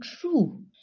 true